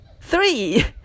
three